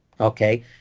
Okay